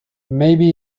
maybe